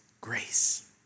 grace